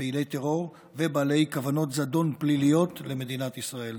פעילי טרור ובעלי כוונות זדון פליליות למדינת ישראל.